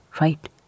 Right